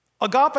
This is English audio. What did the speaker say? Agape